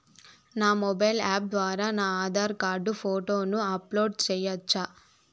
నా mobile app ద్వారా నా ఆధార్ కార్డు ఫోటోను అప్లోడ్ సేయొచ్చా?